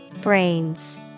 Brains